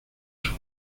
sus